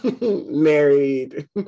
married